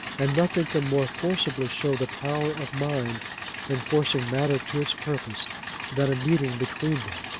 and nothing can more forcibly show the power of mind in forcing matter to its purpose than a meeting between them.